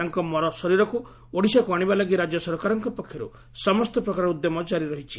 ତାଙ୍କ ମରଶରୀରକୁ ଓଡ଼ିଶାକୁ ଆଶିବା ଲାଗି ରାଜ୍ୟ ସରକାରଙ୍କ ପକ୍ଷରୁ ସମସ୍ତ ପ୍ରକାର ଉଦ୍ୟମ କାରି ରହିଛି